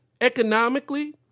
economically